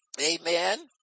Amen